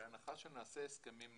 בהנחה שנעשה הסכמים נכונים.